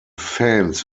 fans